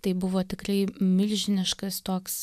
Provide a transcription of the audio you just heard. tai buvo tikrai milžiniškas toks